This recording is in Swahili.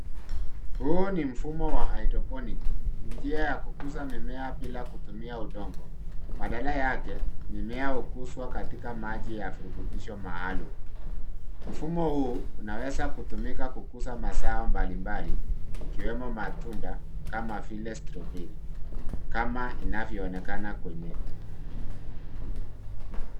Huu ni mfumo wa Hydroponics njia ya kukuza mimea bila kutumia udongo, badala yake mimea hukuzwa katika maji ya virutubisho maalum. Mfumo huu unaweza kutumika kukuza mazao mbalimbali ikiwemo matunda kama vile Straw Berry kama inavyoonekana kwenyewe.